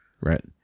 Right